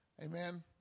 Amen